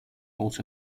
also